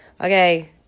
okay